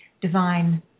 divine